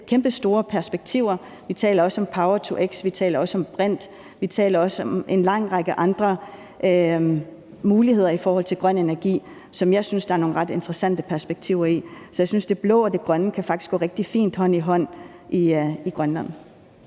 kæmpestore perspektiver her. Vi taler også om power-to-x, vi taler også om brint, vi taler også om en lang række andre muligheder i forhold til grøn energi, som jeg synes der er nogle ret interessante perspektiver i. Så jeg synes, at det blå og det grønne faktisk kan gå rigtig fint hånd i hånd i Grønland.